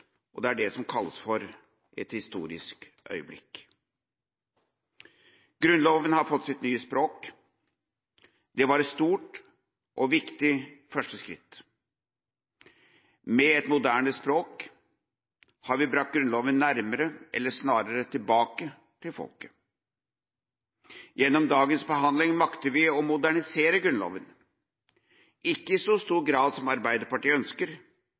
og det er det som kalles for et historisk øyeblikk. Grunnloven har fått sitt nye språk. Det var et stort og viktig første skritt. Med et moderne språk har vi brakt Grunnloven nærmere – eller snarere tilbake til – folket. Gjennom dagens behandling makter vi å modernisere Grunnloven – ikke i så stor grad som Arbeiderpartiet ønsker,